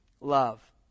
love